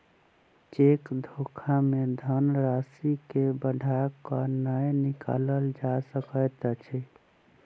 cheque धोखा मे धन राशि के बढ़ा क नै निकालल जा सकैत अछि